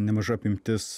nemaža apimtis